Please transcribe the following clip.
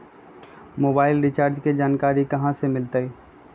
Mobile recharge के जानकारी कहा से मिलतै?